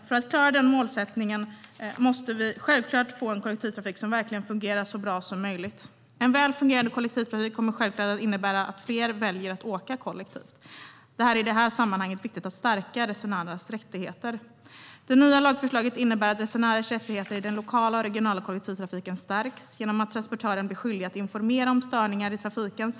För att klara den målsättningen måste vi självklart få en kollektivtrafik som verkligen fungerar så bra som möjligt. En väl fungerande kollektivtrafik kommer självklart att innebära att fler väljer att åka kollektivt. Det är i det här sammanhanget viktigt att stärka resenärernas rättigheter. Det nya lagförslaget innebär att resenärers rättigheter i den lokala och regionala kollektivtrafiken stärks genom att transportören blir skyldig att informera om störningar i trafiken.